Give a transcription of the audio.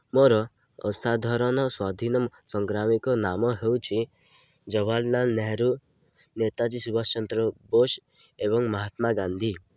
ମୋର ଅସାଧାରଣ ସ୍ଵାଧୀନ ସଂଗ୍ରାମୀଙ୍କ ନାମ ହେଉଛି ଜବାହାରଲାଲ ନେହେରୁ ନେତାଜୀ ସୁବାଷ ଚନ୍ଦ୍ର ବୋଷ ଏବଂ ମହାତ୍ମା ଗାନ୍ଧୀ